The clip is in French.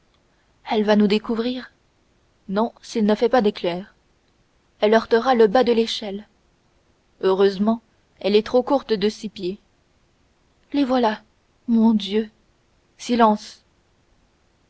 elle va nous découvrir non s'il ne fait pas d'éclairs elle heurtera le bas de l'échelle heureusement elle est trop courte de six pieds les voilà mon dieu silence